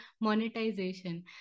monetization